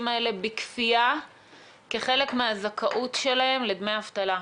האלה בכפייה כחלק מהזכאות שלהם לדמי אבטלה.